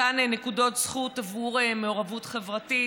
מתן נקודות זכות עבור מעורבות חברתית,